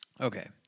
Okay